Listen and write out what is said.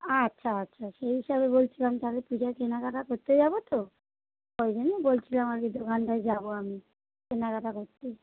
আচ্ছা আচ্ছা সেই হিসাবেই বলছিলাম তাহলে পূজার কেনাকাটা করতে যাবো তো ওই জন্যই বলছিলাম আর কি দোকানটায় যাবো আমি কেনাকাটা করতে